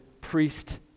priest